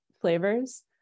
flavors